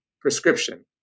prescription